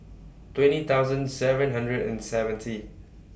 twenty thousand seven hundred and seventy